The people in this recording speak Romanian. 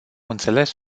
înțeles